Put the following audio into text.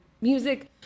music